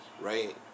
right